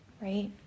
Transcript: right